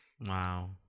Wow